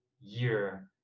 year